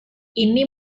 ini